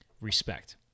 respect